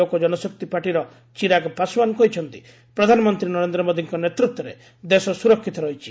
ଲୋକଜନଶକ୍ତି ପାର୍ଟିର ଚିରାଗ ପାଶଓ୍ୱାନ କହିଛନ୍ତି ପ୍ରଧାନମନ୍ତ୍ରୀ ନରେନ୍ଦ୍ର ମୋଦିଙ୍କ ନେତୃତ୍ୱରେ ଦେଶ ସୁରକ୍ଷିତ ରହିଛି